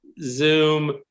Zoom